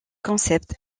concept